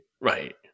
Right